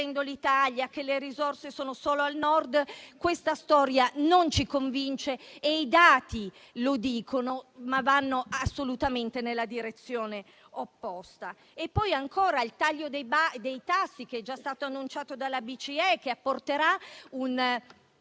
l'Italia e che le risorse sono solo al Nord: questa storia non ci convince e i dati lo dicono, perché vanno assolutamente nella direzione opposta. Ricordo ancora il taglio dei tassi, già annunciato dalla BCE, che apporterà una